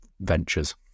ventures